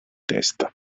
testa